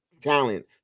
talent